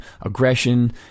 aggression